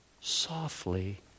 softly